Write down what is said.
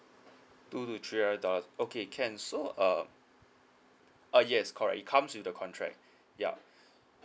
two to three hundred dollars okay can so uh uh yes correct it comes with the contract yup